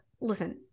listen